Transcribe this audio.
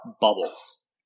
bubbles